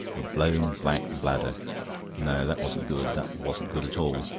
a blown black bladder no, that wasn't good, that wasn't good at all.